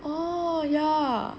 oh yeah